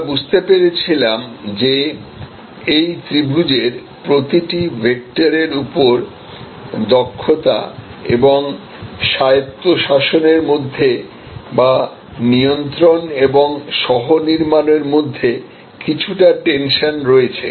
আমরা বুঝতে পেরেছিলাম যে এই ত্রিভুজের প্রতিটি ভেক্টরের উপর দক্ষতা এবং স্বায়ত্তশাসনের মধ্যে বা নিয়ন্ত্রণ এবং সহ নির্মাণের মধ্যে কিছুটা টেনশন রয়েছে